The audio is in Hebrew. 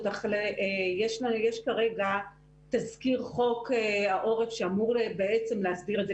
יש כרגע תזכיר חוק העורף שאמור בעצם להסדיר את זה.